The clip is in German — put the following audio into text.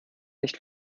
nicht